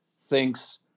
thinks